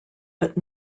but